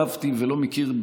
אני הרי לא עקבתי ולא מכיר,